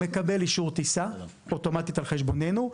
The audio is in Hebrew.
מקבל אישור טיסה אוטומטית על חשבוננו.